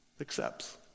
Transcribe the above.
accepts